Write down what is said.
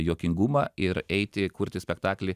juokingumą ir eiti kurti spektaklį